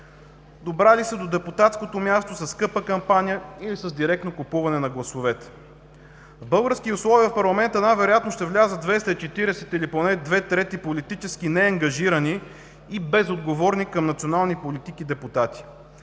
добрали се до депутатското място със скъпа кампания или с директно купуване на гласовете. В българските условия в парламента сигурно ще влязат 240 или поне две трети политически неангажирани и безотговорни към националните политики депутати,